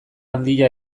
handia